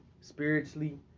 spiritually